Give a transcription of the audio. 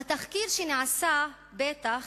והתחקיר שנעשה בטח